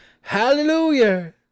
hallelujah